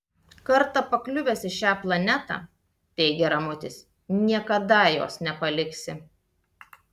kartą pakliuvęs į šią planetą teigė ramutis niekada jos nepaliksi